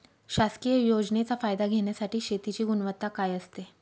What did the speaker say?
शासकीय योजनेचा फायदा घेण्यासाठी शेतीची गुणवत्ता काय असते?